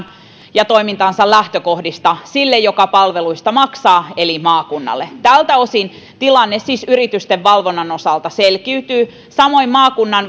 ja toiminnan lähtökohdista sille joka palveluista maksaa eli maakunnalle tältä osin tilanne siis yritysten valvonnan osalta selkiytyy samoin maakunnalla on